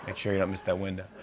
but sure you don't miss that window.